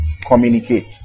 communicate